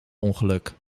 ongeluk